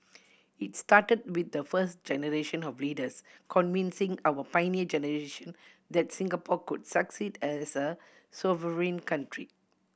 it started with the first generation of leaders convincing our Pioneer Generation that Singapore could succeed as a sovereign country